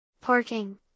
Parking